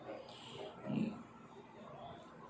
mm